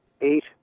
eight